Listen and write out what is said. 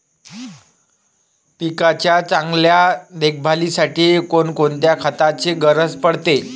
पिकाच्या चांगल्या देखभालीसाठी कोनकोनच्या खताची गरज पडते?